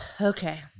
Okay